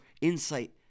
insight